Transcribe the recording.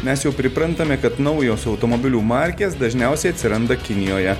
mes jau priprantame kad naujos automobilių markės dažniausiai atsiranda kinijoje